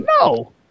No